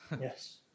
Yes